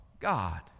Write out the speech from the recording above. God